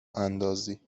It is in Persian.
اندازی